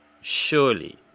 Surely